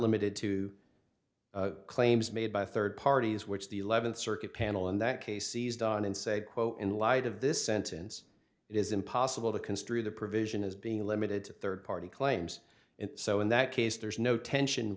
limited to claims made by third parties which the eleventh circuit panel in that case seized on and say quote in light of this sentence it is impossible to construe the provision as being limited to third party claims so in that case there's no tension